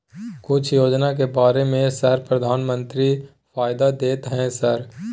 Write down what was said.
कुछ योजना के बारे में सर प्रधानमंत्री फायदा देता है सर?